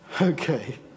Okay